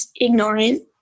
ignorant